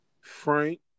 Frank